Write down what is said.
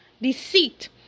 deceit